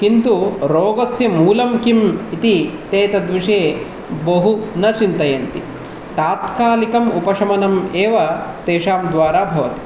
किन्तु रोगस्य मूलं किम् इति ते तद्विषये बहु न चिन्तयन्ति तात्कालिकम् उपशमनमेव तेषां द्वारा भवति